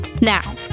Now